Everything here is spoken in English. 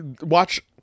watch